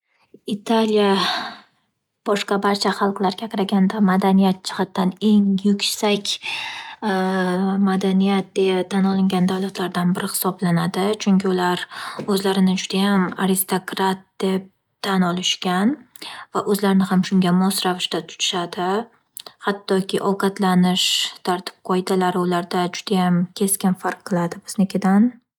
Italiya boshqa barcha xalqlarga qaraganda madaniyat jihatdan eng yuksak madaniyat deya tan olingan davlatlardan biri hisoblanad,i chunki ular o'zlarini judayam aristokrat deb tan olishgan va o'zlarini ham shunga mos ravishda tutishadi hattoki ovqatlanish tartib qoidalari keskin farq qiladi biznikidan.